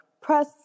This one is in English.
press